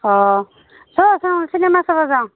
অঁ চোচোন চিনেমা চাব যাওঁ